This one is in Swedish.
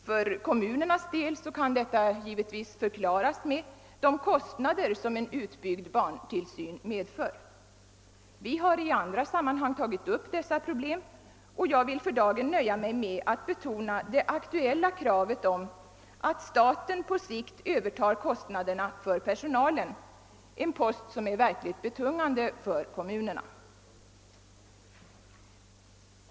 För kommunernas del kan detta givetvis förklaras med de kostnader som en utbyggd barntillsyn medför. Vi har i andra sammanhang tagit upp dessa problem, och jag vill för dagen nöja mig med att betona det aktuella kravet att staten på sikt övertar kostnaderna för personalen, en post som är verkligt betungande för kommunerna.